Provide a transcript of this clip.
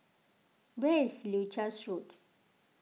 where is Leuchars Road